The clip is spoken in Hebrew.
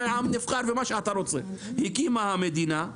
עם נבחר ומה שאתה רוצה הקימה המדינה,